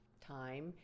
time